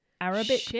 Arabic